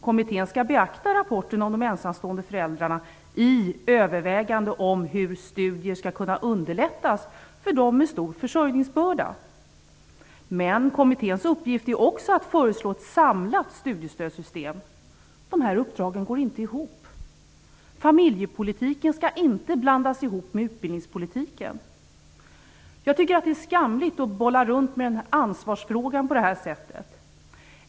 Kommittén skall beakta rapporten om de ensamstående föräldrarna i övervägandet om hur studier skall kunna underlättas för dem med stor försörjningsbörda. Men kommitténs uppgift är också att föreslå ett samlat studiestödssystem. De här uppdragen går inte ihop. Familjepolitiken skall inte blandas ihop med utbildningspolitiken. Jag tycker att det är skamligt att bolla runt med ansvarsfrågan på det här sättet.